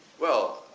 well,